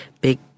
big